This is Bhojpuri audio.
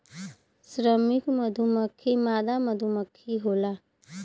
श्रमिक मधुमक्खी मादा मधुमक्खी होला